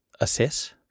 assess